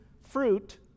fruit